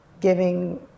giving